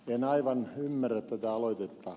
en aivan ymmärrä tätä aloitetta